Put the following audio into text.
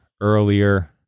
earlier